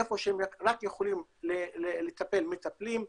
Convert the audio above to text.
איפה שהם רק יכולים לטפל מטפלים,